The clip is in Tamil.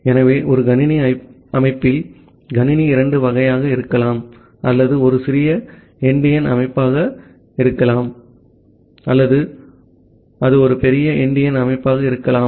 ஆகவே ஒரு கணினி அமைப்பில் கணினி இரண்டு வகையாக இருக்கலாம் அல்லது அது ஒரு சிறிய எண்டியன் அமைப்பாக இருக்கலாம் அல்லது அது ஒரு பெரிய எண்டியன் அமைப்பாக இருக்கலாம்